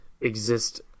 exist